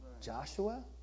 Joshua